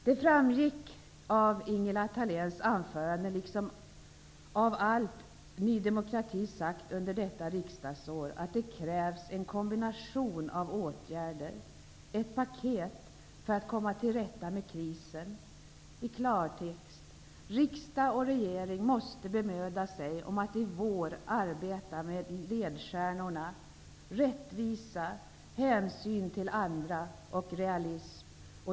Det framgick av Ingela Thaléns anförande, liksom det har gjort av allt Ny demokrati har sagt under detta riksdagsår, att det krävs en kombination av åtgärder, ett paket för att komma till rätta med krisen. I klartext: Riksdag och regering måste bemöda sig om att i vår arbeta med ledstjärnorna rättvisa, hänsyn till andra och realism.